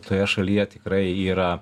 toje šalyje tikrai yra